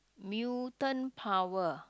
mutant power